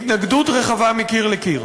התנגדות רחבה מקיר לקיר.